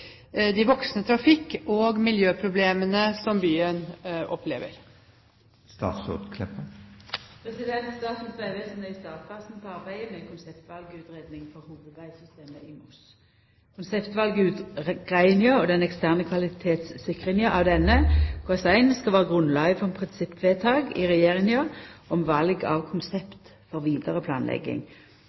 de voksende trafikk- og miljøproblemene som byen opplever?» Statens vegvesen er i startfasen på arbeidet med ei konseptvalutgreiing for hovudvegsystemet i Moss. Konseptvalutgreiinga og den eksterne kvalitetssikringa av henne – KS1 – skal vera grunnlaget for prinsippvedtak i Regjeringa om val av konsept for vidare planlegging.